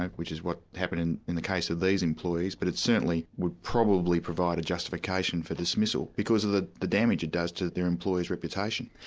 like which is what happened in in the case of these employees, but it certainly would probably provide a justification for dismissal, because of the the damage it does to their employer's reputation.